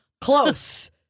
close